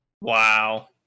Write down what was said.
wow